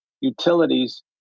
utilities